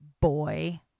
boy